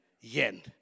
yen